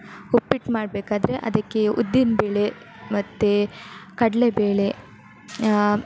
ಉಪ್ಪಿಟ್ಟು ಮಾಡಬೇಕಾದ್ರೆ ಅದಕ್ಕೆ ಉದ್ದಿನಬೇಳೆ ಮತ್ತೆ ಕಡಲೇಬೇಳೆ